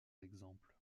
exemple